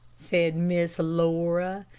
said miss laura.